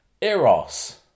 Eros